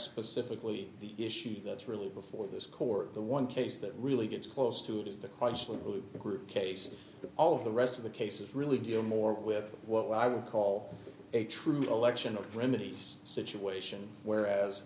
specifically the issue that's really before this court the one case that really gets close to it is the question really the group case that all of the rest of the cases really deal more with what i would call a true election or remedies situation whereas